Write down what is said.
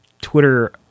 Twitter